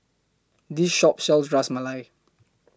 This Shop sells Ras Malai